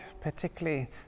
particularly